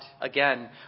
Again